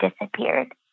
disappeared